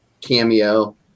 cameo